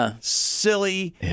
silly